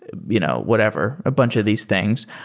you know whatever. a bunch of these things.